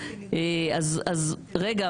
אז רגע,